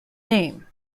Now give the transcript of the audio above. name